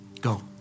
go